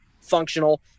functional